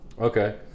Okay